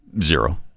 Zero